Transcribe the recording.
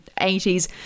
80s